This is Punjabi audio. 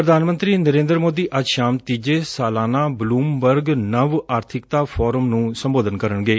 ਪ੍ਰਧਾਨ ਮੰਤਰੀ ਨਰੇਂਦਰ ਮੋਦੀ ਨੇ ਅੱਜ ਸ਼ਾਮ ਤੀਜੇ ਸਾਲਾਨਾ ਬਲੁਮਬਰਗ ਨਵੇਂ ਆਰਬਿਕਤਾ ਮੰਚ ਨੂੰ ਸੰਬੋਧਨ ਕਰਨਗੇ